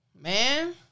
man